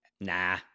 Nah